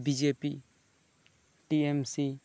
B J P T M C